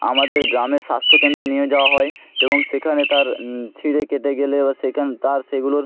আমাদের গ্রামের স্বাস্থ্যকেন্দ্রে নিয়ে যাওয়া হয় এবং সেখানে তার ছিঁড়ে কেটে গেলে বা সেখান তার সেইগুলোর